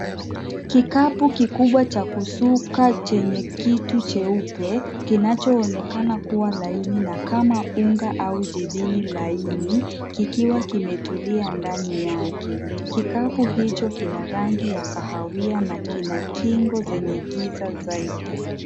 Kikapu kikubwa cha kusuka chenye kitu cheupe, kinacho onekana kuwa laini na kama unga au jibini laini, kikiwa kimetulia ndani yake. Kikapu hicho kina rangi ya kahawia na kina kingo zenye giza zaidi.